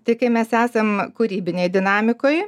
tai kai mes esam kūrybinėj dinamikoj